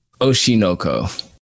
Oshinoko